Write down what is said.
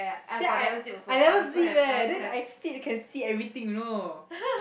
then I I never zip eh then I sit can see everything you know